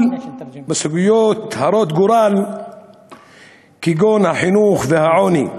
בסוגיות הרות גורל כגון החינוך והעוני.